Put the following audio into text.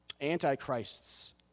Antichrists